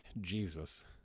Jesus